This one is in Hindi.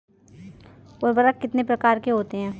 उर्वरक कितने प्रकार के होते हैं?